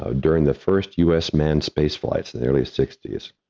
ah during the first us manned space flights in the early sixty s,